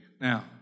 Now